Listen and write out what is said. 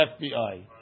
FBI